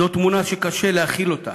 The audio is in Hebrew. זו תמונה שקשה להכיל אותה.